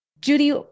Judy